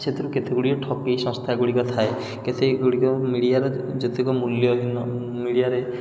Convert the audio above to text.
ସେଥିରୁ କେତେ ଗୁଡ଼ିଏ ଠକେଇ ସଂସ୍ଥା ଗୁଡ଼ିକ ଥାଏ କେତେ ଗୁଡ଼ିକ ମିଡ଼ିଆରେ ଯେ ଯେତେକ ମୂଲ୍ୟହୀନ ମିଡ଼ିଆରେ